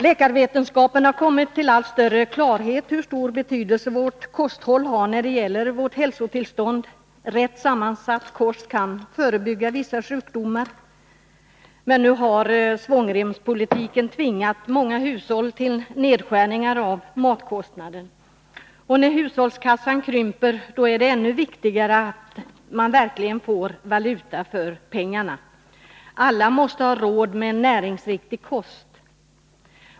Läkarvetenskapen har kommit till allt större klarhet om hur stor betydelse vårt kosthåll har med avseende på vårt hälostillstånd; rätt sammansatt kost kan förebygga vissa sjukdomar. Men nu har svångremspolitiken tvingat många hushåll till nedskärningar av matkostnaderna. När hushållskassan krymper är det ännu viktigare att vi verkligen får valuta för pengarna. Alla måste ha råd med en näringsriktig kost.